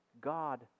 God